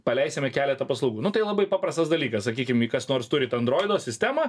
paleisime keletą paslaugų nu tai labai paprastas dalykas sakykim jei kas nors turit androido sistemą